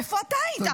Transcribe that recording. איפה אתה היית?